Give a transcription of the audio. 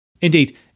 Indeed